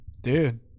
dude